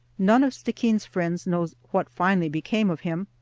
none of stickeen's friends knows what finally became of him.